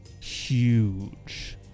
huge